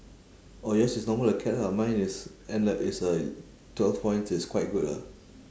oh yours is normal acad lah mine is N-le~ it's a twelve points is quite good ah